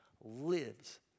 lives